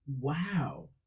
Wow